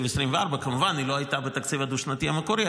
2024. היא לא הייתה כמובן בתקציב הדו-שנתי המקורי,